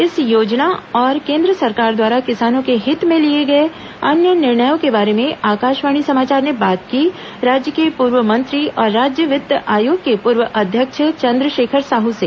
इस योजना और केंद्र सरकार द्वारा किसानों के हित में लिए गए अन्य निर्णयों के बारे में आकाशवाणी समाचार ने बात की राज्य के पूर्व मंत्री और राज्य वित्त आयोग के पूर्व अध्यक्ष चंद्रशेखर साहू से